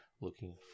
Looking